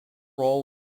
role